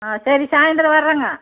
ஆ சரி சாய்ந்திரம் வரேங்க